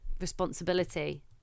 responsibility